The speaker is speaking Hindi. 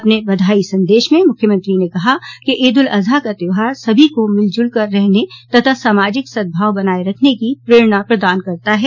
अपने बधाई सन्देश में मुख्यमंत्रो ने कहा कि ईद उल अजहा का त्योहार सभी को मिलजुल कर रहने तथा सामाजिक सद्भाव बनाये रखने की प्रेरणा प्रदान करता है